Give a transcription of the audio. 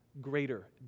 greater